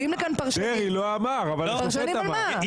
דרעי לא אמר אבל השופט אמר.